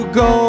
go